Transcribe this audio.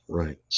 right